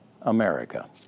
America